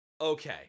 Okay